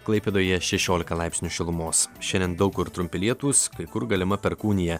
klaipėdoje šešiolika laipsnių šilumos šiandien daug kur trumpi lietūs kai kur galima perkūnija